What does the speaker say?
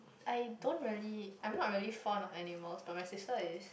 I don't really I'm not really fond of animals but my sister is